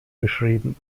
beschrieben